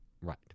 Right